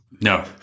no